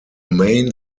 main